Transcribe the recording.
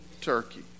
turkey